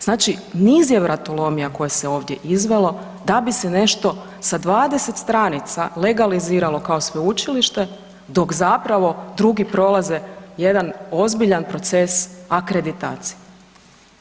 Znači niz je vratolomija koje se ovdje izvelo da bi se nešto sa 20 stranica legaliziralo kao sveučilište dok zapravo drugi prolaze jedan ozbiljan proces akreditacije.